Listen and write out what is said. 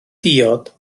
diod